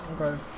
Okay